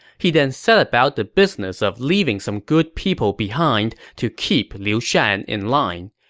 he then set about the business of leaving some good people behind to keep liu shan in line.